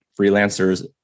freelancers